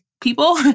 people